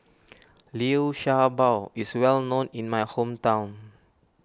Liu Sha Bao is well known in my hometown